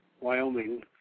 Wyoming